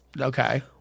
Okay